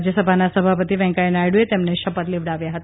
રાજયસભાના સભાપતિ વેંકેયાહ નાયડુએ તેમને શપથ લેવડાવ્યા હતા